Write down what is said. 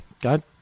God